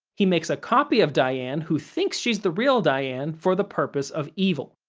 he makes a copy of diane who thinks she's the real diane for the purpose of evil.